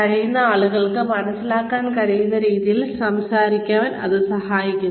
കഴിയുന്നത്ര ആളുകൾക്ക് മനസ്സിലാക്കാൻ കഴിയുന്ന രീതിയിൽ സംസാരിക്കാൻ ഇത് സഹായിക്കുന്നു